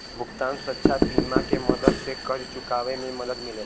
भुगतान सुरक्षा बीमा के मदद से कर्ज़ चुकावे में मदद मिलेला